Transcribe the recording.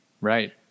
Right